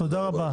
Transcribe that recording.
תודה רבה.